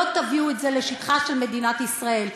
לא תביאו את זה לשטחה של מדינת ישראל.